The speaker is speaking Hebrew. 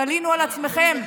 תלינו על עצמכם,